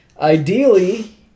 ideally